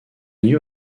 new